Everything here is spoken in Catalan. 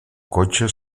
cotxe